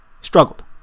struggled